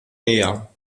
näher